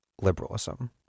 liberalism